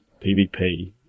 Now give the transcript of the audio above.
PvP